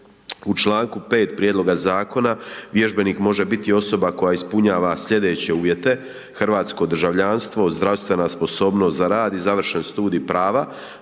U članku 5. prijedloga zakona vježbenik može biti osoba koja ispunjava slijedeće uvjete: hrvatsko državljanstvo, zdravstvena sposobnost za rad i završen studij prava,